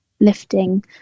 lifting